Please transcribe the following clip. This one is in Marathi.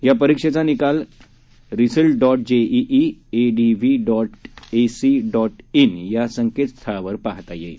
या परीक्षेचा निकाल result dot JEE ADV dot AC dot in या संकेतस्थळावर पाहता येणार आहे